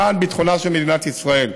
למען ביטחונה של מדינת ישראל.